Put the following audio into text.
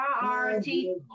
priority